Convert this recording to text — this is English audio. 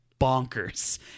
bonkers